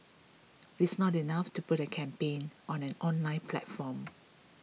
it's not enough to put a campaign on an online platform